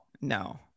No